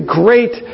great